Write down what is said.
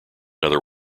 other